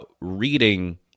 Reading